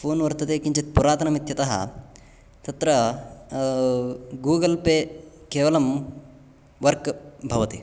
phone वर्तते किञ्चित् पुरातनम् इत्यतः तत्र गूगल् पे केवलं वर्क् भवति